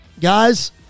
guys